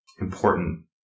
important